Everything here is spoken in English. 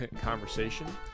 conversation